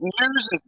news